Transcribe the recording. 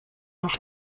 nach